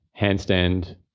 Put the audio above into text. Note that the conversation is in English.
handstand